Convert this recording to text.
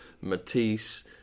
Matisse